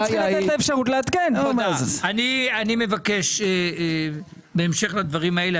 אני מבקש בהמשך לדברים האלה,